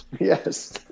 Yes